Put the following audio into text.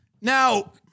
Now